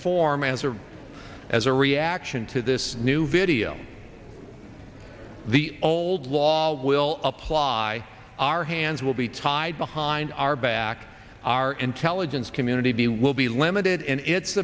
form as a as a reaction to this new video the old law will apply our hands will be tied behind our back our intelligence community be will be limited in it